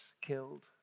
killed